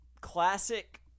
classic